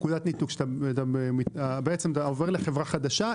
פקודת ניתוק כשאתה עובר לחברה חדשה,